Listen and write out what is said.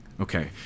Okay